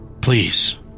Please